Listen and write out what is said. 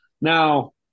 Now